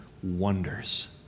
wonders